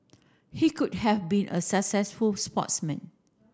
he could have been a successful sportsman